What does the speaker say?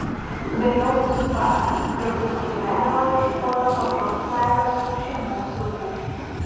vėliau jis suprato jog visą gyvenimą ieškojo tokios meilės už šeimos ribų